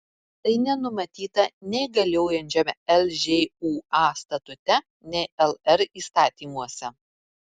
tai nenumatyta nei galiojančiame lžūa statute nei lr įstatymuose